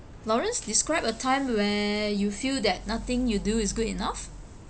lawrence describe a time where you feel that nothing you do is good enough